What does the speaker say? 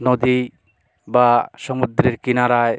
নদী বা সমুদ্রের কিনারায়